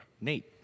Nate